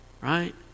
right